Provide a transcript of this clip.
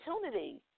opportunities